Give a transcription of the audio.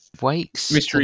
Wakes